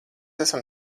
esam